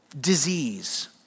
disease